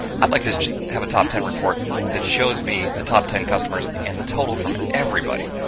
i'd like to have a top ten report that shows me the top ten customers, and the total from everybody.